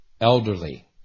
elderly